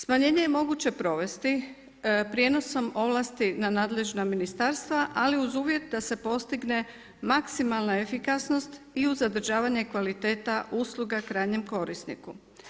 Smanjenje je moguće provesti prijenosom ovlasti na nadležna ministarstva, ali uz uvjet da se postigne maksimalna efikasnost i uz zadržavanje kvaliteta usluga krajnjem korisniku.